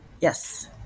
Yes